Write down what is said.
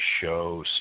show